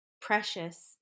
precious